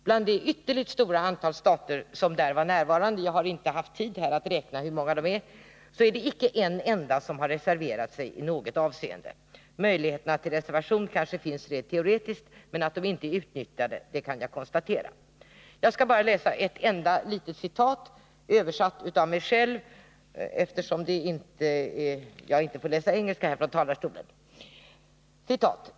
Bland det ytterligt stora antal stater som där var närvarande — jag har inte haft tid att räkna efter hur många det var — är det icke en enda som har reserverat sig i något avseende. Möjligheterna till reservation finns kanske rent teoretiskt, men jag kan konstatera att de inte är utnyttjade. Jag skall bara anföra ett enda litet citat, översatt av mig själv, eftersom jag inte får läsa engelska från talarstolen.